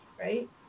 right